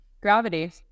Gravity